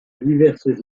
diverses